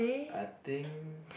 I think